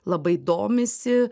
labai domisi